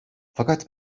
fakat